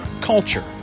culture